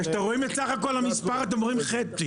אבל כשאתם רואים את סך כל המספר אתם רואים חצי.